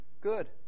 Good